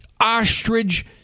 ostrich